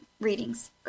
readings